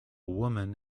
woman